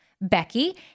Becky